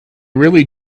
really